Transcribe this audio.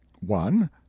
one